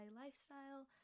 lifestyle